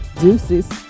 Deuces